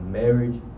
marriage